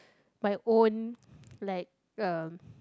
my own like uh